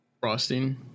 Frosting